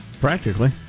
practically